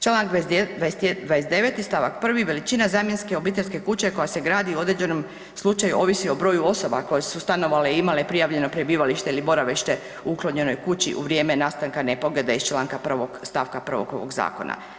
Čl. 29. st. 1. veličina zamjenske obiteljske kuće koja se gradi u određenom slučaju ovisi o broju osoba koje su stanovale i imale prijavljeno prebivalište ili boravište u uklonjenoj kući u vrijeme nastanka nepogode iz čl. 1. st. 1. ovog zakona.